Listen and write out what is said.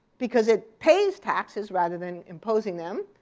because it pays taxes rather than imposing them,